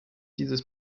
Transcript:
dieses